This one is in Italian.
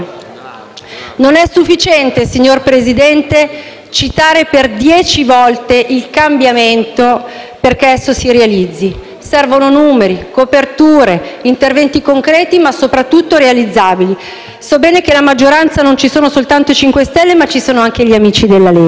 Non è sufficiente, signor Presidente del Consiglio, citare per dieci volte il cambiamento perché esso si realizzi; servono numeri, coperture, interventi concreti, ma soprattutto realizzabili. So bene che nella maggioranza non c'è soltanto il MoVimento 5 Stelle, ma ci sono anche gli amici della Lega.